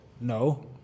No